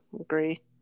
agree